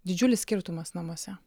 didžiulis skirtumas namuose